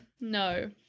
no